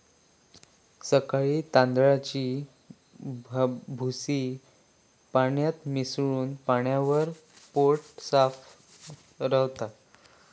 सकाळी तांदळाची भूसी पाण्यात मिसळून पिल्यावर पोट साफ रवता